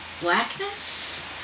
blackness